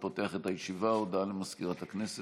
ירושלים, הכנסת,